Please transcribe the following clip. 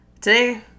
today